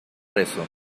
rezo